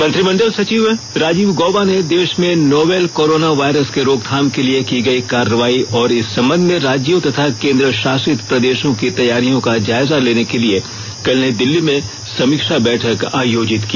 मंत्रिमंडल सचिव राजीव गौबा ने देश में नोवेल कॉरोना वायरस के रोकथाम के लिए की गयी कार्रवाई और इस संबंध में राज्यों तथा केन्द्र शासित प्रदेशों की तैयारियों का जायजा लेने के लिए कल नई दिल्ली में समीक्षा बैठक आयोजित की